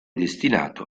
destinato